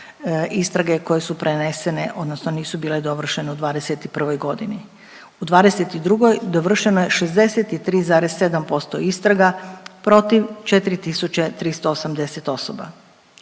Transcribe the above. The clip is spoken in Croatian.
istrage koje su prenesene odnosno nisu bile dovršene u '21. godini. U '22. dovršeno je 63,7% istraga protiv 4.380 osoba.